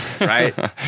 right